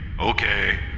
okay